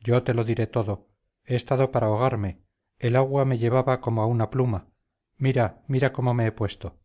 yo te lo diré todo he estado para ahogarme el agua me llevaba ya como a una pluma mira mira cómo me he puesto